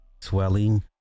swelling